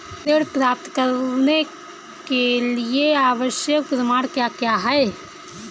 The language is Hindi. ऋण प्राप्त करने के लिए आवश्यक प्रमाण क्या क्या हैं?